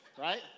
Right